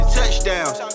touchdowns